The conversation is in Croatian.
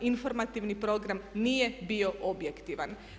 Informativni program nije bio objektivan.